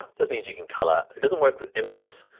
this means you can color. it doesn't work with images,